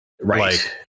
Right